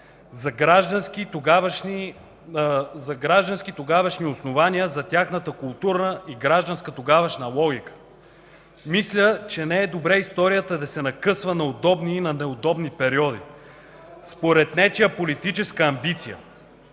за граждански тогавашни основания, за тяхната културна и гражданска тогавашна логика. Мисля, че не е добре историята да се накъсва на удобни и на неудобни периоди според нечия политическа амбиция.